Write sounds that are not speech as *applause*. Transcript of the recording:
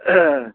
*unintelligible*